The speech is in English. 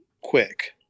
quick